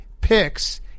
picks